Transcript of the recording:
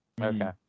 Okay